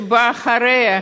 שבאה אחריה,